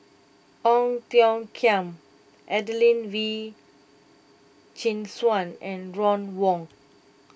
Ong Tiong Khiam Adelene Wee Chin Suan and Ron Wong